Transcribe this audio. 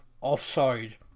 offside